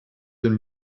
den